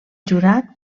jurat